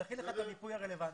נכין לך את המיפוי הרלוונטי.